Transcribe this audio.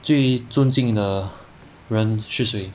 最尊敬的人是谁